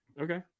Okay